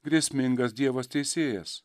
grėsmingas dievas teisėjas